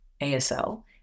ASL